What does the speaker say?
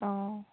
অঁ